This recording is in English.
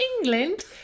England